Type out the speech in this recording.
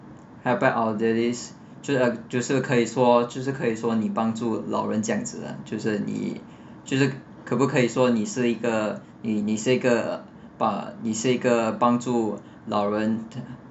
help out elderlies 就是 uh 就是可以说就是可以说你帮助老人这样子的就是你就是可不可以说你是一个你你是一个把你是一个帮助老人